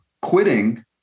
quitting